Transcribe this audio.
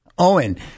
Owen